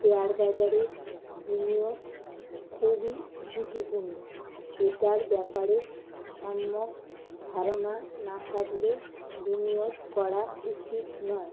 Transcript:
share বাজারের বিনিয়োগ খুবই ঝুঁকিপূর্ণ এটার ব্যাপারে সম্মক ধারণা না থাকলে বিনিয়োগ করা উচিত নয়